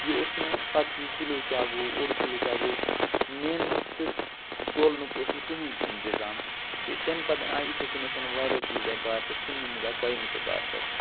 یہِ اوس نہٕ پتہٕے کِلو کیٛاہ گوٚو اوٚڑ کِلو کیٛاہ گوٚو مینٛنُک تہٕ تولنُک اوس نہٕ کٕہۭنۍ تہِ اِنتظام تہِ تَمہِ پتن آے یِتھَے کٔنٮ۪تھ وارِیاہ چیٖز آے بارسَس تِمنٕے منٛز آے کۄینہٕ تہِ بارسَس